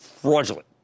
Fraudulent